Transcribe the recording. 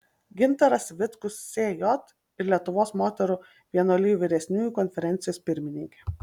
gintaras vitkus sj ir lietuvos moterų vienuolijų vyresniųjų konferencijos pirmininkė